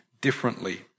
differently